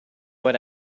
what